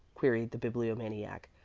queried the bibliomaniac.